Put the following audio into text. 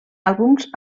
àlbums